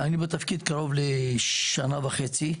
אני בתפקיד קרוב לשנה וחצי.